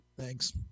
Thanks